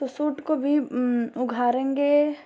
तो सूट को भी उघाड़ेंगे